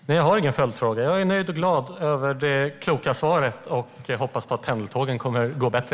Herr talman! Jag har inga följdfrågor. Jag är nöjd och glad över det kloka svaret och hoppas på att pendeltågen kommer att gå bättre.